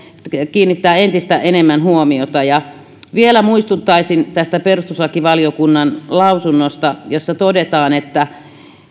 kiinnittää entistä enemmän huomiota vielä muistuttaisin tästä perustuslakivaliokunnan lausunnosta jossa todetaan